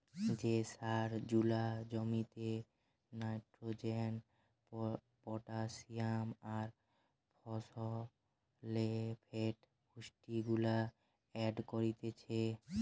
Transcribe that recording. যে সার জুলা জমিতে নাইট্রোজেন, পটাসিয়াম আর ফসফেট পুষ্টিগুলা এড করতিছে